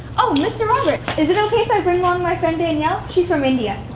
oh, mr. roberts. is it okay if i bring along my friend, danielle? she's from india.